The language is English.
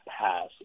pass